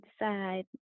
decide